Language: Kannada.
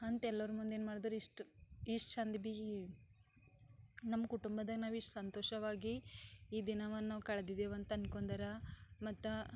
ಅಂತ ಎಲ್ಲರ ಮುಂದೇನು ಮಾಡಿದ್ರು ಇಷ್ಟು ಇಷ್ಟು ಚಂದ ಭಿ ನಮ್ಮ ಕುಟುಂಬದಾಗ ನಾವು ಇಷ್ಟು ಸಂತೋಷವಾಗಿ ಈ ದಿನವನ್ನು ಕಳ್ದಿದ್ದೇವೆ ಅಂತ ಅನ್ಕೊಂಡರ ಮತ್ತು